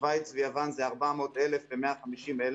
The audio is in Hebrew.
בשווייץ ויוון זה 400,000 ו-150,000.